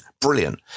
Brilliant